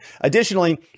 Additionally